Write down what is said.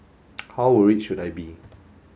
how worried should I be